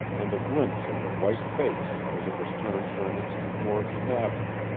and a glimpse of her white face as it was turned for an instant toward the cabin.